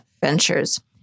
ventures